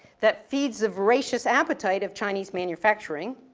that feeds a voracious appetite of chinese manufacturing,